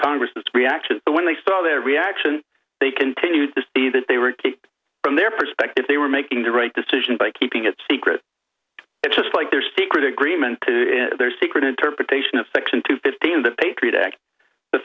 congress the reaction when they saw their reaction they continued to see that they were from their perspective they were making the right decision by keeping it secret and just like their secret agreement to their secret interpretation of section two fifteen the patriot act the